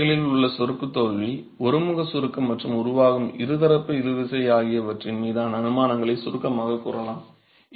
கொத்து வேலைகளில் உள்ள சுருக்கத் தோல்வி ஒருமுக சுருக்கம் மற்றும் உருவாகும் இருதரப்பு இழுவிசை ஆகியவற்றின் மீதான அனுமானங்களைச் சுருக்கமாகக் கூறலாம்